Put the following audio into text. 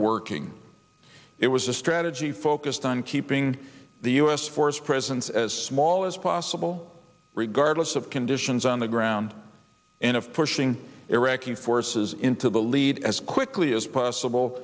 working it was a stretch naji focused on keeping the u s force presence as small as possible regardless of conditions on the ground and of pushing iraqi forces into the lead as quickly as possible